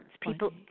People